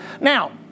Now